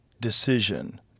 decision